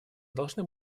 должны